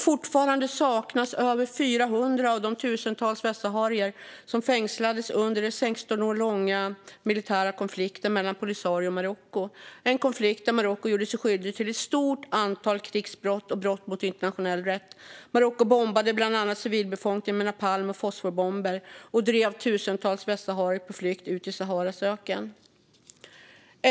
Fortfarande saknas över 400 av de tusentals västsaharier som fängslades under den 16 år långa militära konflikten mellan Polisario och Marocko, en konflikt där Marocko gjorde sig skyldigt till ett stort antal krigsbrott och brott mot internationell rätt. Marocko bombade bland annat civilbefolkningen med napalm och fosforbomber och drev tusentals västsaharier på flykt ut i Saharas öken.